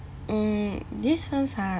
mm these films are